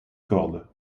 corde